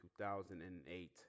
2008